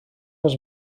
oes